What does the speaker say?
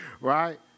Right